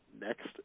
next